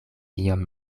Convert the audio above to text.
iom